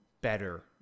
better